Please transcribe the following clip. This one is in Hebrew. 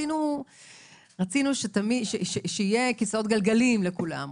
רצינו שיהיו כיסאות גלגלים לכולם,